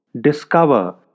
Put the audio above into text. discover